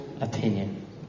opinion